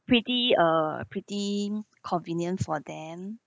pretty a pretty convenient for them